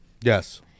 Yes